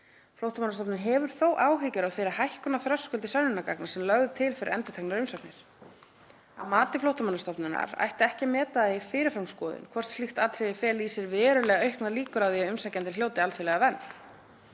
Flóttamannastofnunin hefur þó áhyggjur af þeirri hækkun á þröskuldi sönnunargagna sem lögð er til fyrir endurteknar umsóknir. Að mati Flóttamannastofnunar ætti ekki að meta það í fyrirframskoðun hvort slík atriði feli í sér „verulega auknar líkur“ á því að umsækjandinn hljóti alþjóðlega vernd.